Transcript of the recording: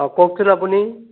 অঁ কওকচোন আপুনি